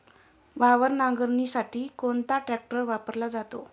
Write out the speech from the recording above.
वावर नांगरणीसाठी कोणता ट्रॅक्टर वापरला जातो?